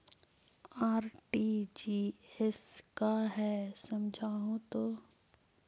RTGS का है समझाहू तो?